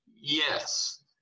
Yes